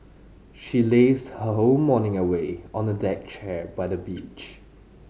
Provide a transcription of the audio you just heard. she lazed her whole morning away on the deck chair by the beach